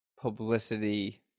publicity